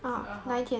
十二号